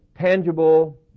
tangible